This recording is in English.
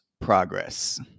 progress